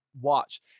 watch